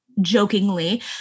jokingly